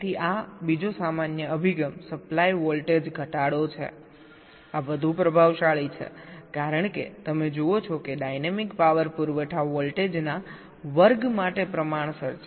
તેથી આ બીજો સામાન્ય અભિગમ સપ્લાય વોલ્ટેજ ઘટાડો છેઆ વધુ પ્રભાવશાળી છે કારણ કે તમે જુઓ છો કે ડાયનેમિક પાવર પુરવઠા વોલ્ટેજના વર્ગ માટે પ્રમાણસર છે